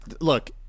Look